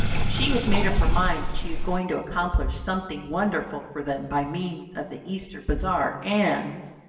she has made up her mind that she is going to accomplish something wonderful for them by means of the easter bazaar, and